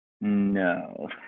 No